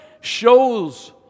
shows